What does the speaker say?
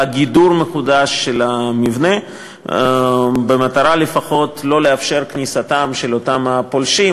לגידור מחודש של המבנה במטרה לפחות שלא לאפשר כניסתם של אותם הפולשים,